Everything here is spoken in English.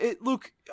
look